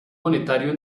monetario